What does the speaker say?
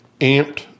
amped